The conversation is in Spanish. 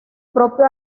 propio